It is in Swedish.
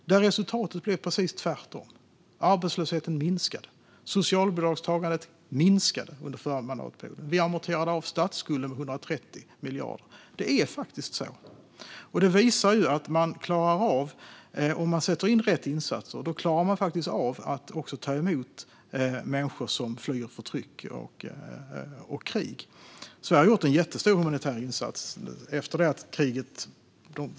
Resultatet blev dock precis tvärtom. Arbetslösheten minskade. Socialbidragstagandet minskade under den förra mandatperioden. Vi amorterade av statsskulden med 130 miljarder. Det är faktiskt så. Detta visar att man, om man sätter in rätt insatser, klarar av att ta emot människor som flyr förtryck och krig. Sverige har gjort en jättestor humanitär insats.